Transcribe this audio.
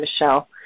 Michelle